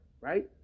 right